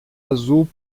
azul